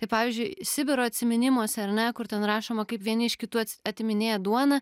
kaip pavyzdžiui sibiro atsiminimuose ar ne kur ten rašoma kaip vieni iš kitų atiminėja duoną